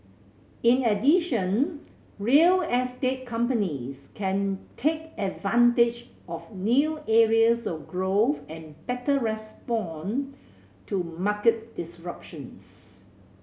in addition real estate companies can take advantage of new areas of growth and better respond to market disruptions